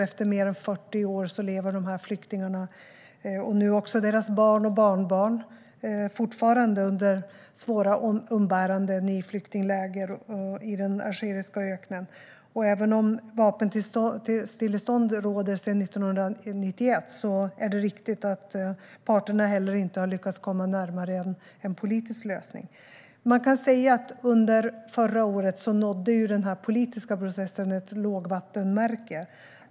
Efter mer än 40 år lever flyktingarna, nu också deras barn och barnbarn, fortfarande under svåra umbäranden i flyktingläger i den algeriska öknen. Även om vapenstillestånd råder sedan 1991 är det riktigt att parterna inte heller har lyckats komma närmare en politisk lösning. Under förra året nådde den politiska processen ett lågvattenmärke.